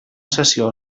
sessió